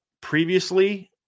previously